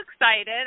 excited